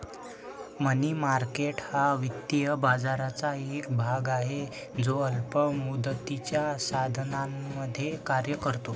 मनी market हा वित्तीय बाजाराचा एक भाग आहे जो अल्प मुदतीच्या साधनांमध्ये कार्य करतो